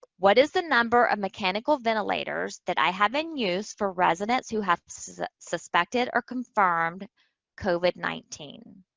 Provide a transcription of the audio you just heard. what is the number of mechanical ventilators that i have in use for residents who have suspected or confirmed covid nineteen,